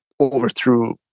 overthrew